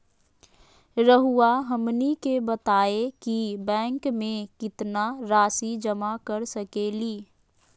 रहुआ हमनी के बताएं कि बैंक में कितना रासि जमा कर सके ली?